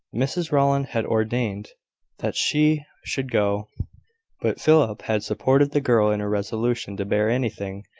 mrs rowland had ordained that she should go but philip had supported the girl in her resolution to bear anything,